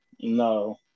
No